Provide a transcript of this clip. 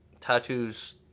tattoos